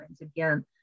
again